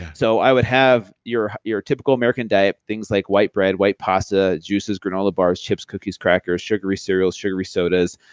so i would have your your typical american diet, things like white bread, white pasta, juices, granola bars, chips, cookies, crackers, sugary cereals, sugary sodas,